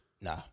Nah